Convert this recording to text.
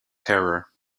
terror